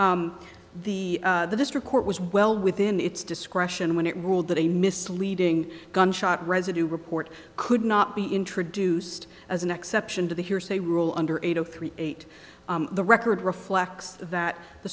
the district court was well within its discretion when it ruled that a misleading gunshot residue report could not be introduced as an exception to the hearsay rule under eight zero three eight the record reflects that the